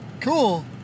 Cool